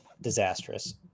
disastrous